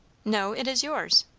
no it is yours.